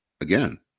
again